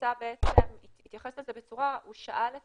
שאל את